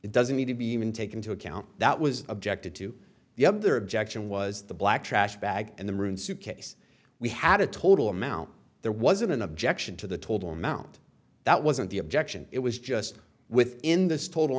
it doesn't need to be even take into account that was objected to the other objection was the black trash bag and the room suit case we had a total amount there wasn't an objection to the total amount that wasn't the objection it was just within this total